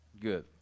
Good